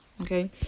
okay